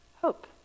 hope